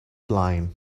blind